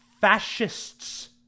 fascists